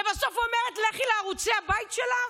ובסוף אומרת: לכי לערוצי הבית שלך?